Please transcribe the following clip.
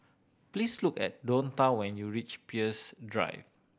please look for at Donta when you reach Peirce Drive